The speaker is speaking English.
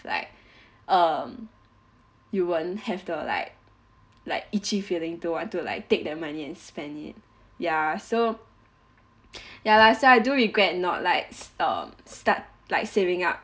like um you won't have to like like itchy feeling to want to like take that money and spend it ya so ya lah so I do regret not like err start like saving up